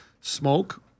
smoke